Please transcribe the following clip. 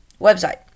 website